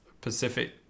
Pacific